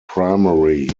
primary